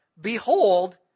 behold